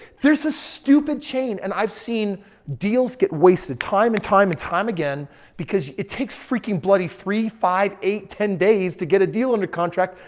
there's a stupid chain and i've seen deals get wasted time and time and time again because it takes freaking bloody three, five, eight, ten days to get a deal under contract.